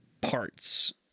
parts